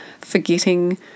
forgetting